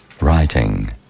writing